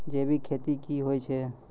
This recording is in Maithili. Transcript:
जैविक खेती की होय छै?